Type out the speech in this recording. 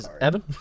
Evan